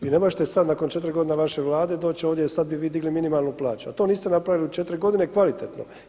Vi ne možete sada nakon 4 godine vaše Vlade doći ovdje e sada bi vi digli minimalnu plaću, a to niste napravili u 4 godine kvalitetno.